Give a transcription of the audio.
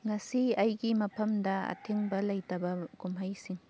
ꯉꯁꯤ ꯑꯩꯒꯤ ꯃꯐꯝꯗ ꯑꯊꯤꯡꯕ ꯂꯩꯇꯕ ꯀꯨꯝꯍꯩꯁꯤꯡ